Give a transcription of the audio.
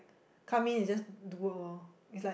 come in then just do work orh